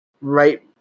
right